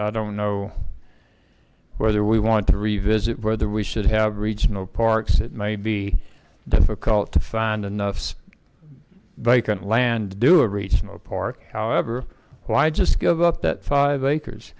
i don't know whether we want to revisit whether we should have regional parks it may be difficult to find enough they can land do a regional park however why just give up that five acres